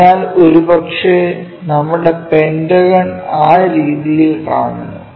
അതിനാൽ ഒരുപക്ഷേ നമ്മുടെ പെന്റഗൺ ആ രീതിയിൽ കാണുന്നു